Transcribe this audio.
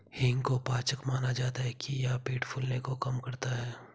हींग को पाचक माना जाता है कि यह पेट फूलने को कम करता है